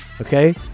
okay